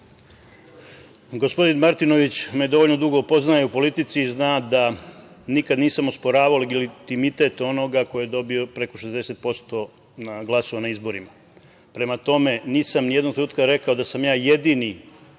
Gospodin Martinović me dovoljno dugo poznaje u politici i zna da nikad nisam osporavao legitimitet onoga ko je dobio preko 60% glasova na izborima. Prema tome, nisam nijednog trenutka rekao da sam ja jedini